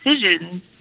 decisions